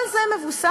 כל זה מבוסס